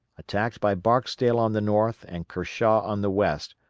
attacked by barksdale on the north and kershaw on the west,